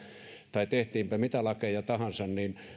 tai tehtiinpä mitä lakeja tahansa